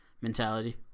mentality